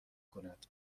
کند